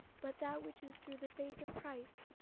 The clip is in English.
but that which is through the faith of christ,